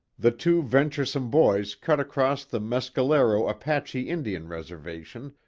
the two venturesome boys cut across the mescalero apache indian reservation,